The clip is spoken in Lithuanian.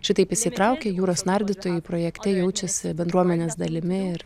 šitaip įsitraukę jūros nardytojai projekte jaučiasi bendruomenės dalimi ir